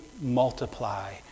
multiply